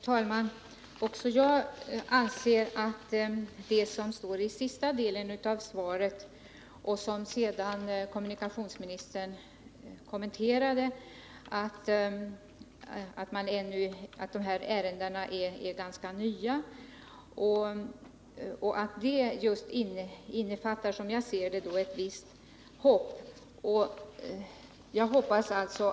Herr talman! Jag noterar att det som står i sista delen av svaret och som kommunikationsministern nu kommenterade, nämligen att de här ärendena är ganska nya och att man skall diskutera hur de lämpligen skall handläggas, innebär att man kan hysa ett visst hopp om att frågan kan få en positiv . lösning.